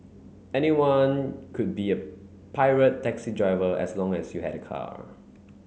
anyone could be a pirate taxi driver as long as you had a car